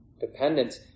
dependence